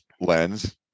lens